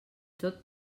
tot